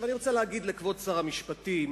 אני רוצה להגיד לכבוד שר המשפטים,